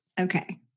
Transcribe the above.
Okay